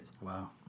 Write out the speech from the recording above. Wow